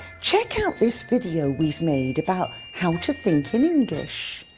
check out this video we've made about how to think in english.